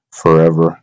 forever